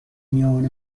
میان